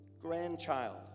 grandchild